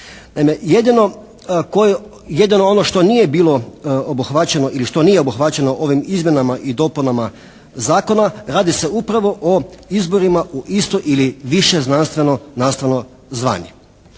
ili što nije obuhvaćeno ovim izmjenama i dopunama Zakona radi se upravo o izborima u isto ili više znanstveno nastavno zvanje.